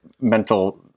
mental